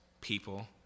people